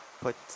put